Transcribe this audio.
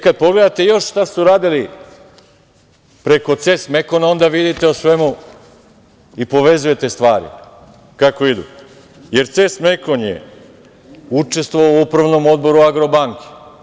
Kad pogledate još šta su radili preko „Ces Mekona“, onda vidite o svemu i povezujete stvari kako idu, jer „Ces Mekon“ je učestvovao u upravnom odboru „Agrobanke“